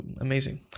amazing